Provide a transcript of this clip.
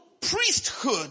priesthood